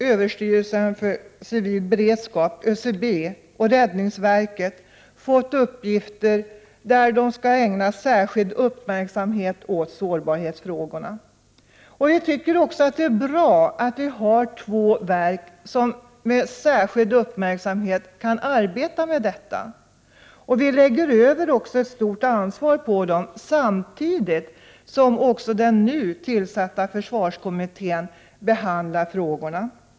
Överstyrelsen för civil beredskap, ÖCB, och räddningsverket har också fått i uppgift att ägna särskild uppmärksamhet åt sårbarhetsfrågorna. Jag tycker att det är bra att vi har två verk som med särskild uppmärksamhet kan arbeta med detta. Vi lägger också över ett stort ansvar på dessa verk, samtidigt som också den nytillsatta försvarskommittén behandlar dessa frågor.